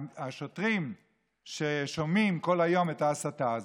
השוטרים ששומעים כל היום את ההסתה הזאת,